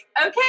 okay